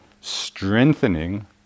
strengthening